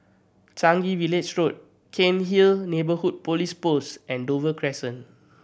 Changi Village Road Cairnhill Neighbourhood Police Post and Dover Crescent